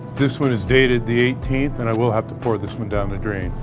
this one is dated the eighteenth and i will have to pour this one down the drain.